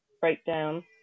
breakdown